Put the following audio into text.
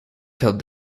till